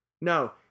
No